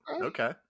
Okay